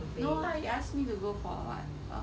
no [what] you ask me to go for what uh